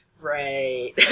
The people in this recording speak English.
right